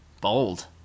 Bold